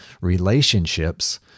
relationships